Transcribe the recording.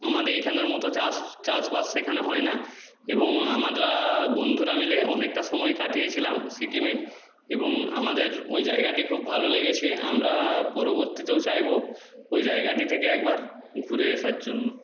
আমাদের এখানের মতো চাষ চাষবাস সেখানে হয় না এবং আমারা বন্ধুরা মিলে অনেকটা সময় কাটিয়েছিলাম সিকিমে এবং আমাদের ওই জায়গাটি খুব ভালো লেগেছে আমরা পরবর্তীতেও চাইব ওই জায়গাটি থেকে একবার ঘুরে আসার জন্য